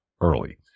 early